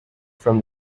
from